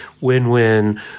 win-win